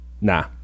Nah